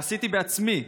עשיתי בעצמי,